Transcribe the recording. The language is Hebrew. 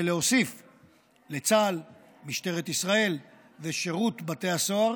ולהוסיף על צה"ל, משטרת ישראל ושירות בתי הסוהר